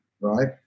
right